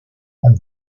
and